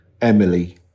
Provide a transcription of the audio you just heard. Emily